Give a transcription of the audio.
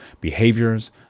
behaviors